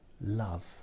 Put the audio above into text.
love